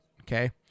okay